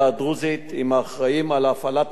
עם האחראים להפעלת האתר הקדוש.